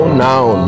now